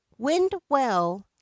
Windwell